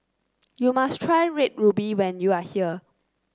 you must try Red Ruby when you are here